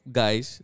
guys